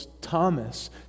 Thomas